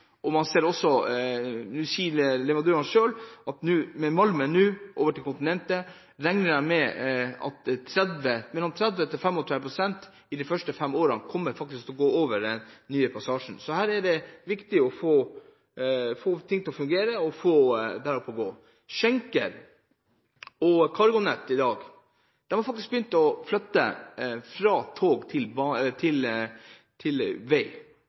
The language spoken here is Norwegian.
og få en kapasitet på banen som gjør at man kan frakte varer den veien. Det at man nå åpner nordområdene med øst–vest-forbindelsen, gir 30–40 pst. besparelse i tid. Nå sier også leverandøren selv at 30–35 pst. av malmen de første årene kommer til å gå over den nye passasjen. Her er det viktig å få ting til å fungere og få det opp å gå. Schenker og CargoNet har i dag begynt å flytte fra tog til vei,